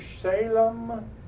Salem